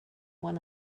one